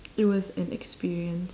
it was an experience